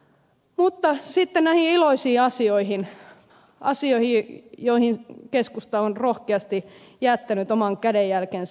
sitten näihin iloisiin asioihin asioihin joihin keskusta on rohkeasti jättänyt oman kädenjälkensä